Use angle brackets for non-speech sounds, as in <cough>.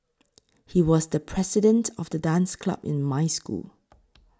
<noise> he was the president of the dance club in my school